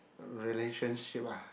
relationship ah